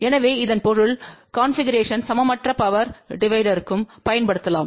எனவே இதன் பொருள் கன்பிகுரேஷன்வை சமமற்ற பவர் டிவைடர்ற்கும் பயன்படுத்தலாம்